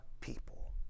people